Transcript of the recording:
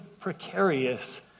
precarious